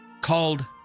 called